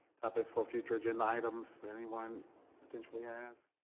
topics for future agenda items anyone potentially have?